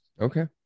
Okay